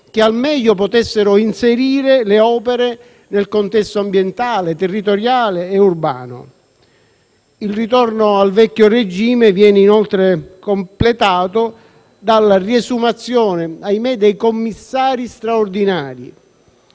che al meglio potessero inserire le opere nel contesto ambientale, territoriale e urbano. Il ritorno al vecchio regime viene inoltre completato dalla riesumazione - ahimè - dei commissari straordinari.